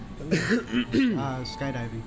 skydiving